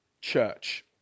church